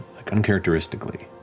like uncharacteristically.